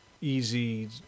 easy